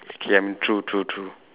okay I mean true true true